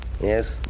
Yes